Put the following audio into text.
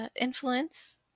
influence